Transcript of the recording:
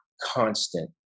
constant